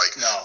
No